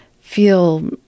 feel